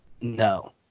No